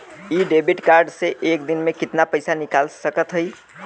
इ debit card से एक दिन मे कितना पैसा निकाल सकत हई?